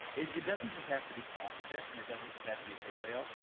it it doesn't just have to be crossfit and it doesn't just have to be paleo,